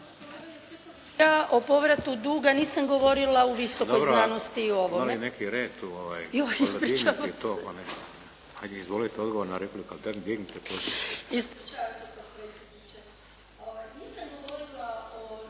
Ja o povratu duga nisam govorila u visokoj znanosti i ovome